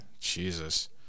Jesus